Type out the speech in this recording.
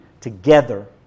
together